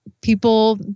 people